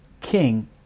king